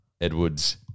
Edwards